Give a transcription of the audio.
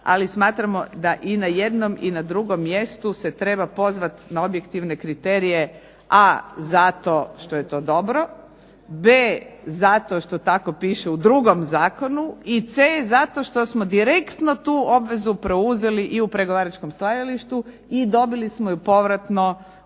ali smatramo da i na jednom i na drugom mjestu se treba pozvati na objektivne kriterije A) zato što je to dobro, B) zato što tako biše u drugom zakonu i C) zato što smo direktno tu obvezu preuzeli i u pregovaračkom stajalištu i dobili smo ju povratno